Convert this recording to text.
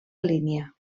línia